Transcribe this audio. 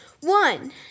one